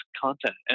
content